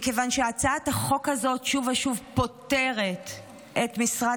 מכיוון שהצעת החוק הזאת שוב ושוב פוטרת את משרד